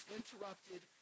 interrupted